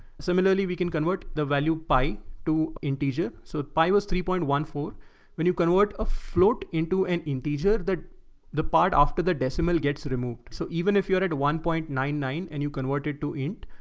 similarly we can convert the value pie to, integer. so pi was three point one four when you convert a float into an integer that the part after the decimal gets removed. so even if you're at one point nine nine, and you convert it to end,